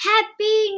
Happy